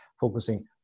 focusing